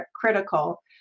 critical